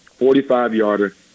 45-yarder